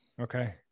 Okay